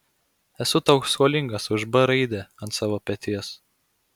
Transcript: esu tau skolingas už b raidę ant savo peties